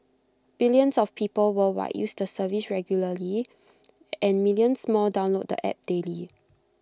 billions of people worldwide use the service regularly and millions more download the app daily